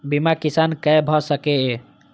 बीमा किसान कै भ सके ये?